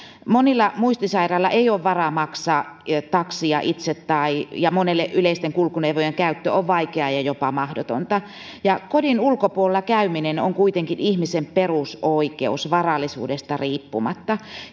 monilla muistisairailla ei ole varaa maksaa taksia itse ja monelle yleisten kulkuneuvojen käyttö on vaikeaa ja jopa mahdotonta kodin ulkopuolella käyminen on kuitenkin ihmisen perusoikeus varallisuudesta riippumatta